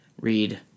read